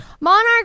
Monarch